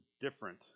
different